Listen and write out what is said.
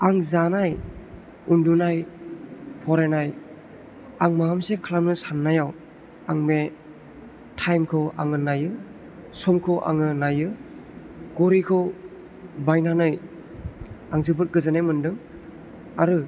आं जानाय उन्दुनाय फरायनाय आं माबा मोनसे खालामनो साननायाव आं बे थाइमखौ आं नायो समखौ आङो नायो घड़ीखौ बायनानै आं जोबोर गोजोननाय मोन्दों आरो